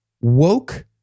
woke